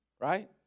right